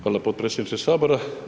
Hvala podpredsjedniče Sabora.